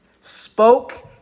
spoke